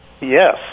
Yes